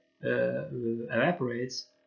evaporates